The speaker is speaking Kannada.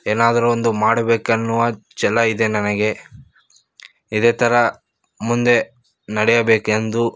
ಏನಾದರೂ ಒಂದು ಮಾಡಬೇಕು ಎನ್ನುವ ಛಲ ಇದೆ ನನಗೆ ಇದೇ ಥರ ಮುಂದೆ ನಡೆಯಬೇಕೆಂದು